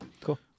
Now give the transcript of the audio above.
Cool